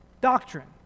doctrine